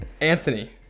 Anthony